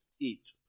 eat